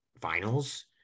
finals